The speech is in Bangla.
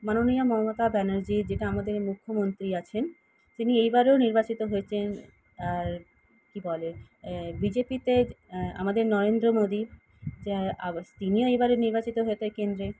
মাননীয়া মমতা ব্যানার্জি যেটা আমাদের মুখ্যমন্ত্রী আছেন তিনি এইবারেও নির্বাচিত হয়েছেন আর কি বলে বিজেপিতে আমাদের নরেন্দ্র মোদী যে তিনিও এবারে নির্বাচিত হয়েছে কেন্দ্রে